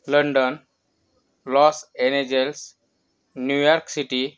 London Los Angeles New York City